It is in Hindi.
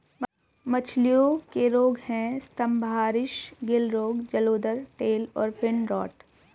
मछलियों के रोग हैं स्तम्भारिस, गिल रोग, जलोदर, टेल और फिन रॉट